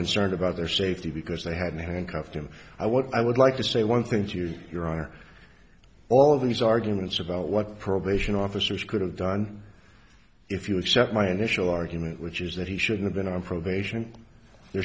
concerned about their safety because they had handcuffed him i what i would like to say one thing to you your honor all of these arguments about what probation officers could have done if you accept my initial argument which is that he should have been on probation there